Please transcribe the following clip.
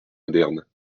modernes